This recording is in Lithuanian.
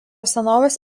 senovės